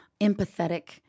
empathetic